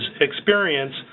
experience